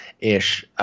ish